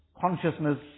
consciousness